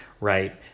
right